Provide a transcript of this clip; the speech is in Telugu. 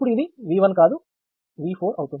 అప్పుడు ఇది కాదు అవుతుంది